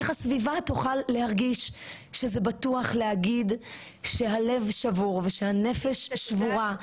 איך הסביבה תוכל להרגיש שזה בטוח להגיד שהלב שבור ושהנפש שבורה?